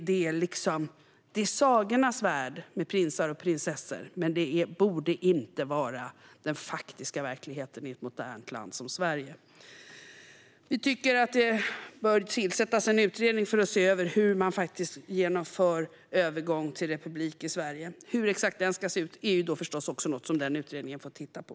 Det är sagornas värld med prinsar och prinsessor. Det borde inte vara den faktiska verkligheten i ett modernt land som Sverige. Vi tycker att det bör tillsättas en utredning för att se över hur man genomför övergång till republik i Sverige. Exakt hur denna republik ska se ut är förstås också något som denna utredning får titta på.